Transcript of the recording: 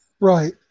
Right